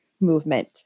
movement